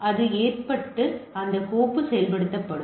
எனவே அது ஏற்றப்பட்டு அந்த கோப்பு செயல்படுத்தப்படும்